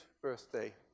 birthday